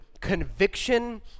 conviction